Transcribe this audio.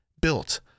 built